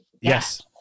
Yes